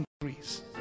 increase